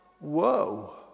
Whoa